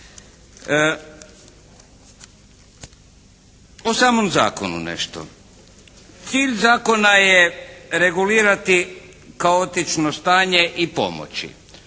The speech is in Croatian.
O samom zakonu nešto. Cilj zakona je regulirati kaotično stanje i pomoći.